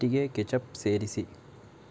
ಪಟ್ಟಿಗೆ ಕೆಚಪ್ ಸೇರಿಸಿ